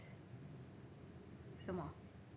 什么